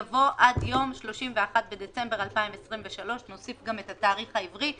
יבוא: עד יום 31 בדצמבר 2023 ונוסיף גם את התאריך העברי.